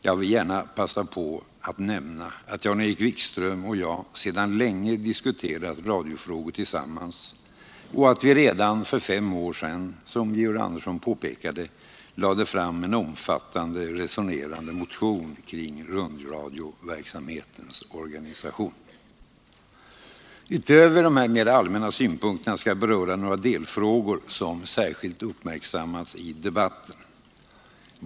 Jag vill gärna passa på att nämna att Jan-Erik Wikström och jag sedan länge diskuterat radiofrågor tillsammans och att vi redan för fem år sedan, som Georg Andersson påpekade, lade fram en omfattande, resonerande motion kring rundradioverksamhetens organisation. Utöver de mera allmänna synpunkterna skall jag beröra några delfrågor som särskilt uppmärksammats i debatten.